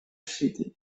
city